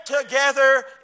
together